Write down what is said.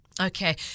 Okay